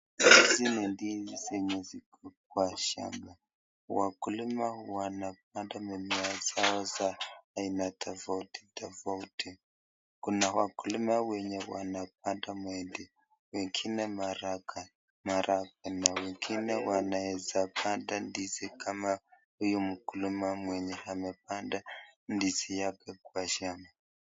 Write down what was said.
Hii ni ndizi zenye ziko kwa shamba, wakulima wanapanda mimea zao za aina tofauti tofauti. Kuna wakulima wenye wanapanda mahindi, wengine maharagwe na wengine wanaeza panda ndizi kama huyu mkulima mwenye amepanda ndizi yake kwa shamba.